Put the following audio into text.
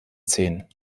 zehn